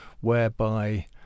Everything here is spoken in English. Whereby